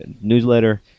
newsletter